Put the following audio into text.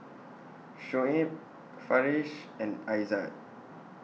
Shuib Farish and Aizat